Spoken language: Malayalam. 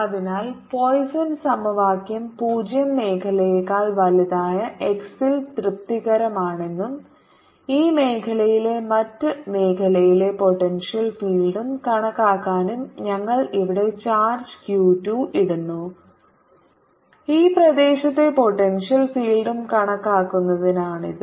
അതിനാൽ പോയിസൺ സമവാക്യം 0 മേഖലയേക്കാൾ വലുതായ x ൽ തൃപ്തികരമാണെന്നും ഈ മേഖലയിലെ മറ്റ് മേഖലയിലെ പോട്ടെൻഷ്യൽ ഫീൽഡും കണക്കാക്കാനും ഞങ്ങൾ ഇവിടെ ചാർജ് q 2 ഇടുന്നു ഈ പ്രദേശത്തെ പോട്ടെൻഷ്യൽ ഫീൽഡും കണക്കാക്കുന്നതിനാണിത്